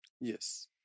Yes